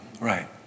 Right